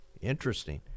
Interesting